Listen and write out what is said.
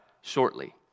shortly